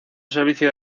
servicio